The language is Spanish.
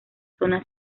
zona